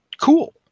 cool